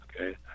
okay